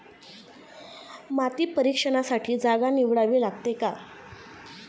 माती परीक्षणासाठी जागा निवडावी लागते का?